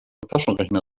taschenrechner